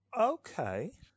Okay